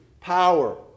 power